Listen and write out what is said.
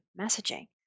messaging